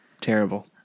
Terrible